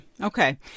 Okay